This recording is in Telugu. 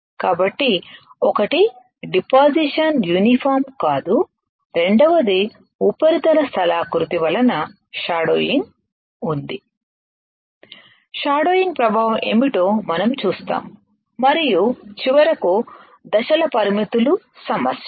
కాబట్టి ఒకటి డిపాసిషన్ యూనిఫామ్ కాదు రెండవది ఉపరితల స్థలాకృతి వలన షాడోయింగ్ ఉంది షాడోయింగ్ ప్రభావం ఏమిటో మనం చూస్తాము మరియు చివరకు దశల పరిమితులు సమస్యలు